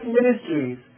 ministries